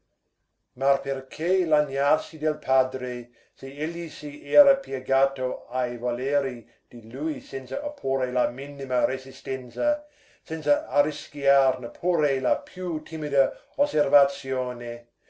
ma perché lagnarsi del padre se egli si era piegato ai voleri di lui senza opporre la minima resistenza senza arrischiar neppure la più timida osservazione